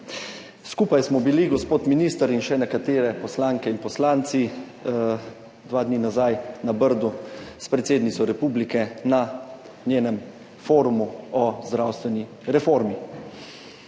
Skupaj smo bili gospod minister in še nekateri poslanke in poslanci dva dni nazaj na Brdu s predsednico republike na njenem forumu o zdravstveni reformi.